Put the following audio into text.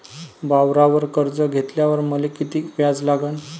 वावरावर कर्ज घेतल्यावर मले कितीक व्याज लागन?